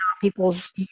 people's